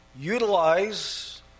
utilize